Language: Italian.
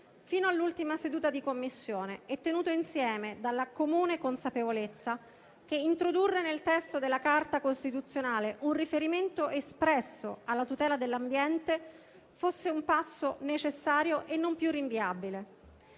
fino all'ultima seduta di Commissione, tenuto insieme dalla comune consapevolezza che introdurre nel testo della Carta costituzionale un riferimento espresso alla tutela dell'ambiente fosse un passo necessario e non più rinviabile.